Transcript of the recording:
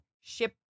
ship